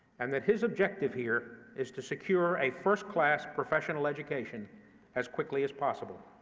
and that his objective here is to secure a first-class professional education as quickly as possible.